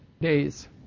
days